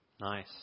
Nice